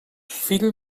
fill